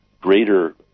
greater